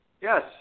Yes